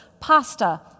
pasta